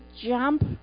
jump